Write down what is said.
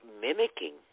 mimicking